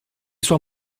sua